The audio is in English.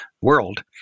world